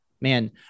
man